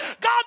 God